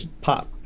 pop